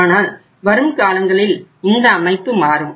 ஆனால் வரும் காலங்களில் இந்த அமைப்பு மாறும்